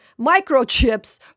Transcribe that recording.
microchips